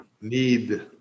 need